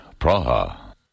Praha